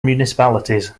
municipalities